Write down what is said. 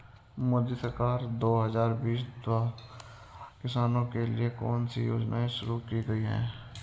मोदी सरकार दो हज़ार बीस द्वारा किसानों के लिए कौन सी योजनाएं शुरू की गई हैं?